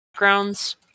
Backgrounds